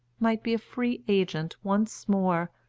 might be a free agent once more,